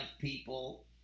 people